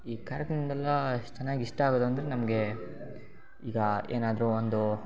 ಈ ಕಾರ್ಯಕ್ರಮದ್ದೆಲ್ಲ ಚೆನ್ನಾಗಿ ಇಷ್ಟಾಗೋದಂದ್ರೆ ನಮಗೆ ಈಗ ಏನಾದ್ರೂ ಒಂದು